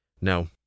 No